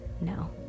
no